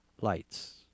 lights